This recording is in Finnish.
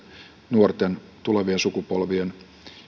nuorten tulevien sukupolvien